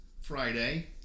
Friday